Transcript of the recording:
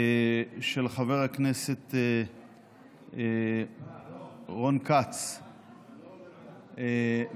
של חבר הכנסת רון כץ ואחרים,